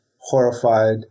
horrified